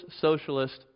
socialist